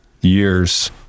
years